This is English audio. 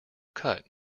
cut